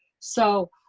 so,